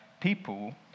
people